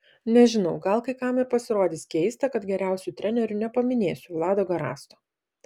nežinau gal kai kam ir pasirodys keista kad geriausiu treneriu nepaminėsiu vlado garasto